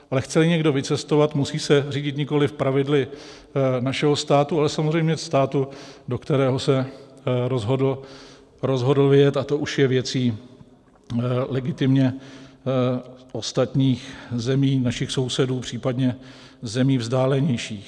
Ale chceli někdo vycestovat, musí se řídit nikoliv pravidly našeho státu, ale samozřejmě státu, do kterého se rozhodl vyjet, a to už je věcí legitimně ostatních zemí, našich sousedů, případně zemí vzdálenějších.